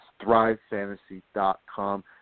thrivefantasy.com